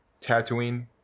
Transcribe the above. Tatooine